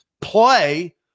play